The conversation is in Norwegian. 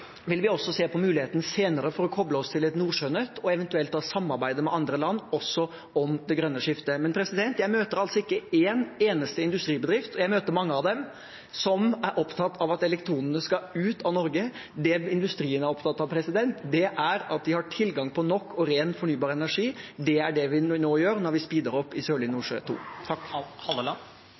vil vi senere se på muligheten for å koble oss til et nordsjønett og eventuelt samarbeide med andre land, også om det grønne skiftet. Men jeg møter altså ikke en eneste industribedrift – og jeg møter mange av dem – som er opptatt av at elektronene skal ut av Norge. Det industrien er opptatt av, er at de har tilgang på nok og ren fornybar energi. Det er det vi nå gjør når vi speeder opp i Sørlige Nordsjø II. Terje Halleland